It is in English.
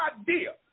idea